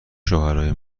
شوهرای